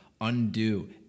undo